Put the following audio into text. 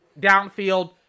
downfield